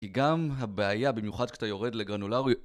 כי גם הבעיה במיוחד כשאתה יורד לגרנולריות